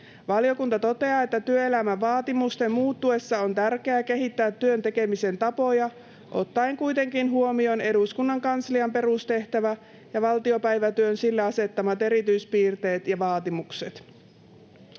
Valiokunta toteaa, että työelämän vaatimusten muuttuessa on tärkeää kehittää työn tekemisen tapoja ottaen kuitenkin huomioon eduskunnan kanslian perustehtävä ja valtiopäivätyön sille asettamat erityispiirteet ja vaatimukset.